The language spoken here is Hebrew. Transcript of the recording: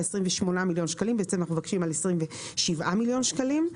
ה-28 מיליון שקלים אנחנו בעצם מבקשים 27 מיליון שקלים.